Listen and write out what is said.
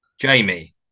Jamie